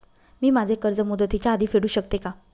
मी माझे कर्ज मुदतीच्या आधी फेडू शकते का?